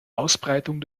ausbreitung